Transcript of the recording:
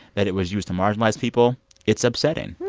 that it was used to marginalize people it's upsetting.